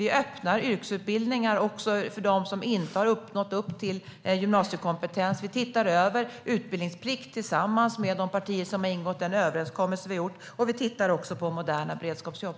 Vi öppnar yrkesutbildningar också för dem som inte har nått upp till gymnasiekompetens. Vi tittar över utbildningsplikt tillsammans med partier som har ingått den överenskommelse vi har gjort. Vi tittar också på moderna beredskapsjobb.